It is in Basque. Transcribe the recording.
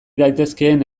daitezkeen